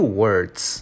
words